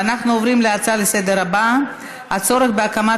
ואנחנו עוברים להצעה לסדר-היום בנושא: הצורך בהקמת